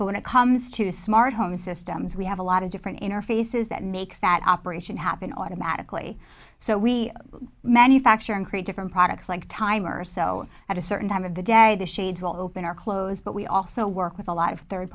but when it comes to the smart home systems we have a lot of different interfaces that makes that operation happen automatically so we manufacture and create different products like timers so at a certain time of the day the shades will open or close but we also work with a lot of third